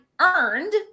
earned